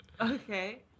Okay